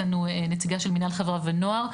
נציגה של מנהל חברה ונוער,